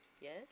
Yes